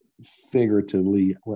figuratively